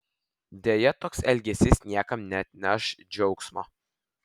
deja toks elgesys niekam neatneš džiaugsmo